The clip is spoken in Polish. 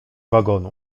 wagonu